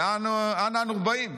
ואנה אנו באים?